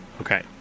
Okay